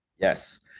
yes